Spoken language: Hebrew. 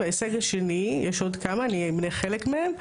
וההישג השני, יש עוד כמה, אני אמנה חלק מהם.